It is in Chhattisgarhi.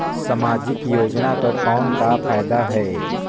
समाजिक योजना कर कौन का फायदा है?